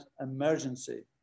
emergency